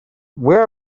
where